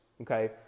okay